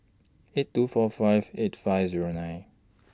eight two four five eight five Zero nine